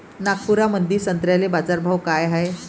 नागपुरामंदी संत्र्याले बाजारभाव काय हाय?